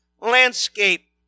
landscape